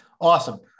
Awesome